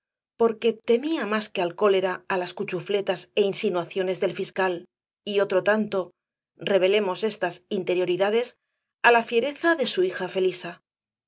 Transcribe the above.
porque temía más que al cólera á las cuchufletas é insinuaciones del fiscal y otro tanto revelemos estas interioridades á la fiereza de su hija felisa